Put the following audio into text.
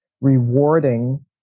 rewarding